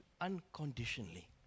unconditionally